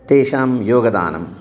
तेषां योगदानम्